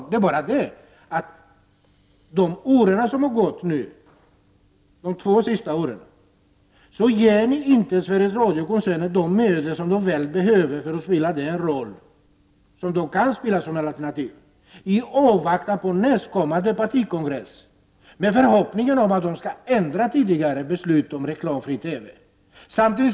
Det är bara det att Sveriges Radiokoncernen under de två år som har förflutit inte har fått de medel som behövs för att koncernen skall kunna spela den roll som den skulle kunna spela. Ni avvaktar till nästa partikongress i förhoppning om att det tidigare beslutet om reklamfri TV skall ändras.